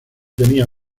tenía